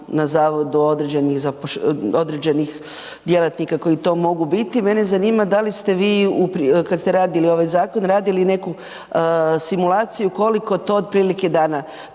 na zavodu određenih djelatnika koji to mogu biti, mene zanima da li ste vi kad ste radili ovaj zakon, radili neku simulaciju koliko to otprilike dana